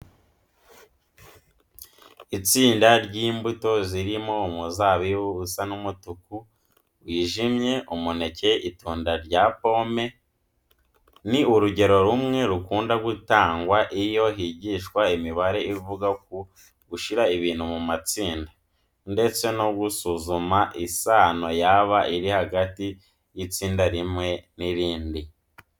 Itsinda ry'imbuto zirimo umuzabibu usa n'umutuku wijimye, umuneke, itunda rya pome. Ni urugero rumwe rukunda gutangwa iyo higishwa imibare ivuga ku gushyira ibintu mu matsinda ndetse no gusuzuma isano yaba iri hagati y'itsinda rimwe n'irindi.